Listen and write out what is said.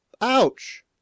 ouch